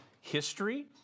history